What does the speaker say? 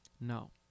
no